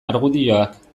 argudioak